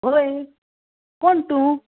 हय कोण तूं